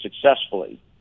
successfully